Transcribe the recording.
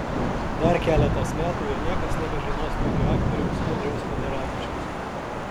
dar keletas metų ir niekas nebežinos tokio aktoriaus audriaus chadaravičiaus